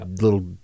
little